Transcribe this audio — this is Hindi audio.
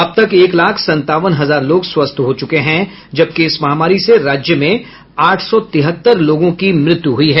अब तक एक लाख संतावन हजार लोग स्वस्थ हो चुके हैं जबकि इस महामारी से राज्य में आठ सौ तिहत्तर लोगों की मृत्यु हुई है